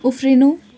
उफ्रिनु